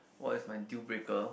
what is my deal breaker